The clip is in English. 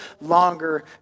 longer